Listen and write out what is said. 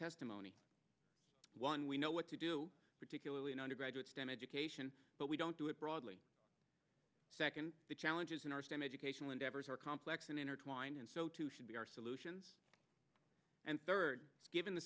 testimony one we know what to do particularly in undergraduate stem education but we don't do it broadly second the challenges in our stem educational endeavors are complex and intertwined and so too should be our solutions and third given the